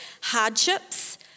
Hardships